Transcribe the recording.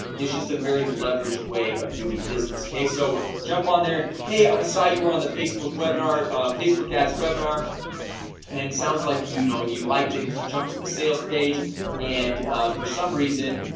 it's just a very leveraged way of doing business okay, so jump on there. hey, i saw you were on the facebook webinar facebook ads webinar and sounds like you know, you liked it because you jump to the sales page and for some reason,